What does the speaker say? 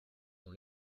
dans